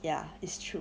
ya it's true